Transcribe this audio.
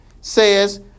says